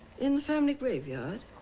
in the firmly graveyard?